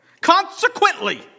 Consequently